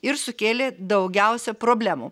ir sukėlė daugiausia problemų